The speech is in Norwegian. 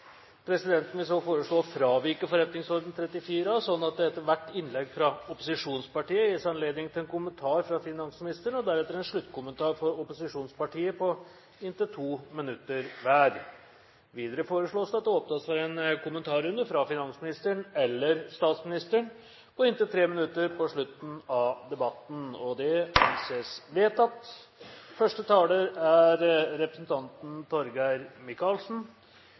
Presidenten vil så foreslå å fravike forretningsordenens § 34 a, slik at det etter hvert innlegg fra opposisjonspartiene gis anledning til en kommentar fra finansministeren og deretter en sluttkommentar fra representanten for opposisjonspartiet på inntil 2 minutter hver. Videre foreslås det at det åpnes for en kommentar fra finansministeren eller statsministeren på inntil 3 minutter på slutten av debatten. – Det anses vedtatt.